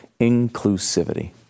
inclusivity